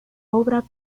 obra